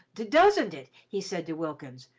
do-doesn't it? he said to wilkins.